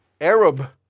Arab